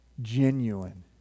Genuine